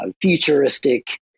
futuristic